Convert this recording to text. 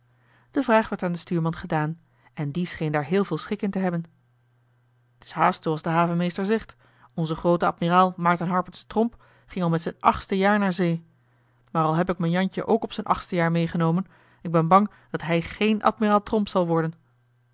de vraag werd aan den stuurman gedaan en die scheen daar heel veel schik in te hebben t is haast zooals de havenmeester zegt onze groote admiraal maerten harpertse tromp ging al met z'n achtste jaar naar zee maar al heb ik m'n jantje ook op z'n achtste jaar meegenomen ik ben bang dat hij géén admiraal tromp zal worden